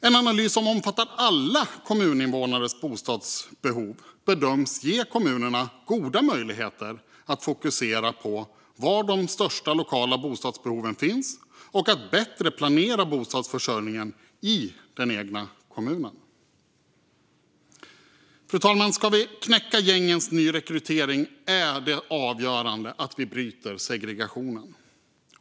En analys som omfattar alla kommuninvånares bostadsbehov bedöms ge kommunerna goda möjligheter att fokusera på var de största lokala bostadsbehoven finns och att bättre planera bostadsförsörjningen i den egna kommunen. Fru talman! Om vi ska knäcka gängens nyrekrytering är det avgörande att vi bryter segregationen.